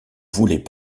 voulait